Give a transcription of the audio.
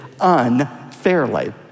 unfairly